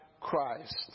Christ